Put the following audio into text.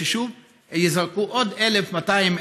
ששוב ייזרקו עוד 1,200,